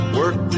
work